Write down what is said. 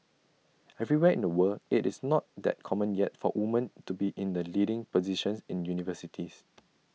everywhere in the world IT is not that common yet for women to be in the leading positions in universities